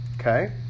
Okay